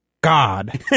God